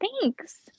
thanks